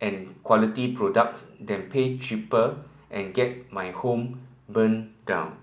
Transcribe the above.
and quality products than pay cheaper and get my home burnt down